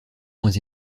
moins